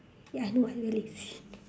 ya I know I very lazy